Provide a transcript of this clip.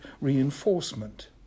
reinforcement